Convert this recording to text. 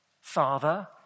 father